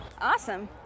Awesome